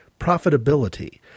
profitability